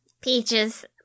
Peaches